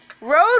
road